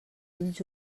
ulls